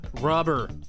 Rubber